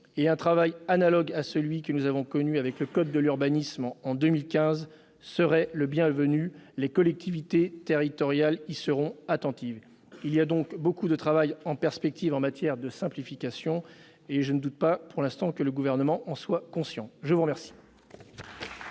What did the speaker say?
et un travail analogue à celui que nous avons observé, en 2015, à propos du code de l'urbanisme serait le bienvenu. Les collectivités territoriales y seront attentives. Il y a donc beaucoup de travail en perspective en matière de simplification et je ne doute pas, pour l'instant, que le Gouvernement en soit conscient. La parole